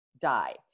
die